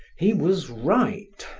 he was right!